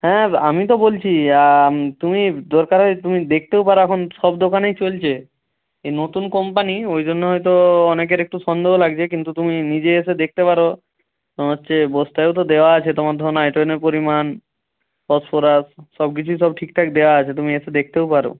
হ্যাঁ আমি তো বলছি তুমি দরকার হয় তুমি দেখতেও পারো এখন সব দোকানেই চলছে এই নতুন কোম্পানি ওই জন্য হয়তো অনেকের একটু সন্দেহ লাগছে কিন্তু তুমি নিজে এসে দেখতে পারো হচ্ছে বস্তায়ও তো দেওয়া আছে তোমার ধরো নাইট্রোজেনের পরিমাণ ফসফরাস সব কিছুই সব ঠিকঠাক দেওয়া আছে তুমি এসে দেখতেও পারো